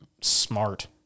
smart